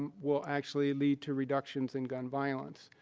will actually lead to reductions in gun violence.